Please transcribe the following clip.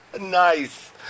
nice